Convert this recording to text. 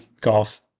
golf